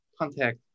contact